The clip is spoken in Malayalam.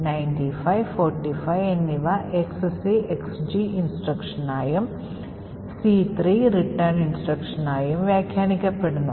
95 45 എന്നിവ XCHG instruction ആയും C3 return instruction ആയും വ്യാഖ്യാനിക്കപ്പെടുന്നു